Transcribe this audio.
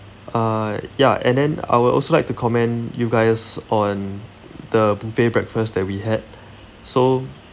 uh ya and then I would also like to commend you guys on the buffet breakfast that we had so